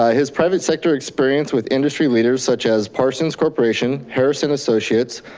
ah his private sector experience with industry leaders such as parson's corporation, harris and associates,